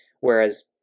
Whereas